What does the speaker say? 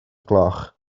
gloch